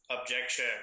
Objection